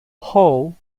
hall